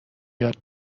یاد